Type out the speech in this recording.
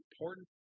important